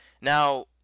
Now